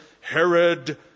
Herod